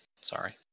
sorry